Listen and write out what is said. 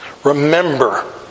Remember